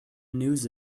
news